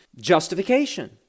justification